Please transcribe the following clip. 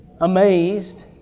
amazed